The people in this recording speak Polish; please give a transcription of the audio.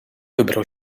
wybrał